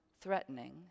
threatening